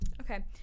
Okay